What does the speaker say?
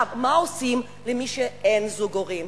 מה עושים למי שאין לו זוג הורים